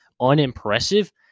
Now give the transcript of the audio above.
unimpressive